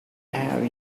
have